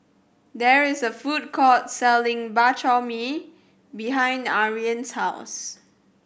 there is a food court selling Bak Chor Mee behind Ariane's house